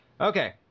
Okay